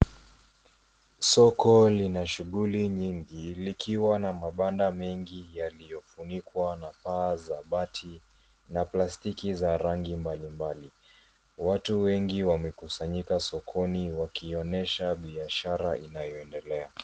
Soko lina shughuli nyingi likiwa na mabanda mengi yaliyofunikwa na paa za mabati na plastiki za rangi mbalimbali. Watu wengi wamekusanyika sokoni wakionyesha biashara inayoendelea.